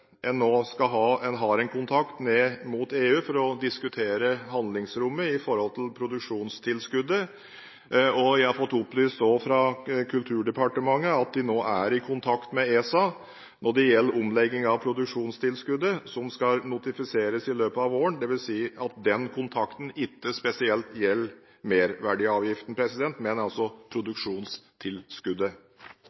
en nå har kontakt med EU for å diskutere handlingsrommet for produksjonstilskuddet. Jeg har fått opplyst fra Kulturdepartementet at de er i kontakt med ESA når det gjelder omlegging av produksjonstilskuddet, som skal notifiseres i løpet av våren. Den kontakten gjelder ikke merverdiavgiften spesielt, men